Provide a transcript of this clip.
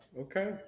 okay